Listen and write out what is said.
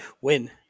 Win